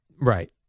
Right